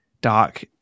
Doc